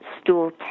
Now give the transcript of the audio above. stool